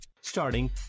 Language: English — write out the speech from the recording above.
Starting